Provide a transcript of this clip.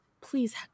please